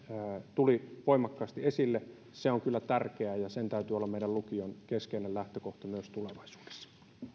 tuli voimakkaasti esille on kyllä tärkeä ja sen täytyy olla meidän lukion keskeinen lähtökohta myös tulevaisuudessa